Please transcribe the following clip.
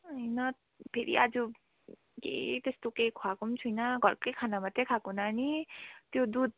होइन फेरि आज केही त्यस्तो केही खुवाएको पनि छुइनँ घरकै खाना मात्रै खाएको नानी त्यो दुध